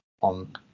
on